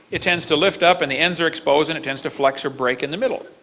it tends to lift up and the ends are exposed and it tends to flex or break in the middle.